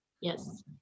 Yes